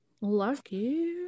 Lucky